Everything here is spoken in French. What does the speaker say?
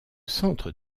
centre